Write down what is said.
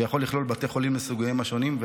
שיכול לכלול בתי חולים לסוגיהם השונים,